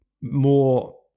more